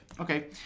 Okay